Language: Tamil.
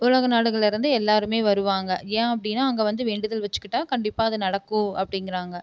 உலக நாடுகளில் இருந்து எல்லாருமே வருவாங்க ஏன் அப்படின்னா அங்கே வந்து வேண்டுதல் வச்சிக்கிட்டா கண்டிப்பாக அது நடக்கும் அப்படிங்கிறாங்க